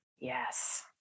Yes